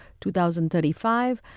2035